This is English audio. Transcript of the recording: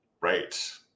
Right